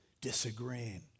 disagreeing